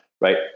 right